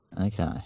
Okay